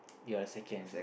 you are second